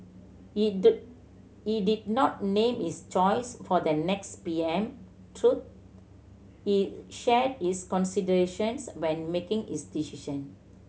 he do he did not name his choice for the next P M though he shared his considerations when making his decision